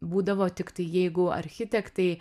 būdavo tiktai jeigu architektai